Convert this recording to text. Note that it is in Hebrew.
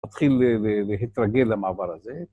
תתחיל להתרגל למעבר הזה.